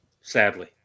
Sadly